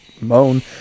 moan